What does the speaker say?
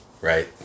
right